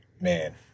man